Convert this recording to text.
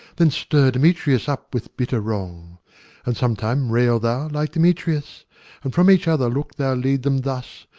then stir demetrius up with bitter wrong and sometime rail thou like demetrius and from each other look thou lead them thus,